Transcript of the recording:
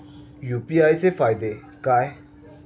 UPI चे फायदे काय?